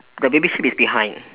the baby sheep is behind